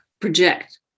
project